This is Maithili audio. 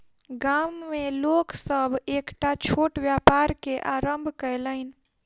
गाम में लोक सभ एकटा छोट व्यापार के आरम्भ कयलैन